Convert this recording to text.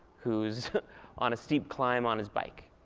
who's on a steep climb on his bike.